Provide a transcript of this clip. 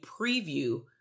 preview